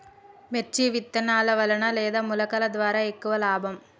మిర్చి విత్తనాల వలన లేదా మొలకల ద్వారా ఎక్కువ లాభం?